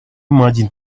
imagine